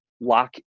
lock